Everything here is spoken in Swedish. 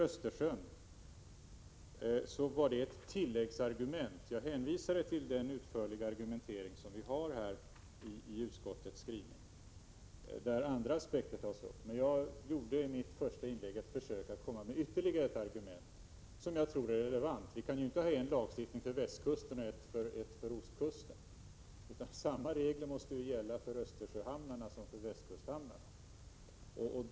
Östersjön var ett tilläggsargument. Jag hänvisade till den utförliga argumenteringen i utskottets skrivning där andra aspekter tas upp. Men jag gjorde i mitt första inlägg ett försök att komma med ytterligare ett argument, som jag tror är relevant. Vi kan inte ha en lagstiftning för västkusten och en för ostkusten. Samma regler måste ju gälla för Östersjöhamnarna som för västkusthamnarna.